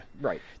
Right